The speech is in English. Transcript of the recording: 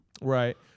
Right